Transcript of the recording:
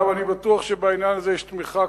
אני בטוח שבעניין הזה יש תמיכה,